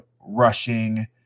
rushing